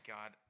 God